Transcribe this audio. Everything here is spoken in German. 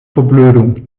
verblödung